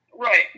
Right